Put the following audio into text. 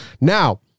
Now